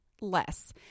less